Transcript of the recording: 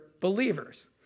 believers